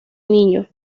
niño